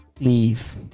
leave